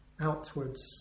outwards